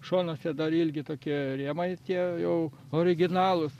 šonuose dar ilgi tokie rėmai tie jau originalūs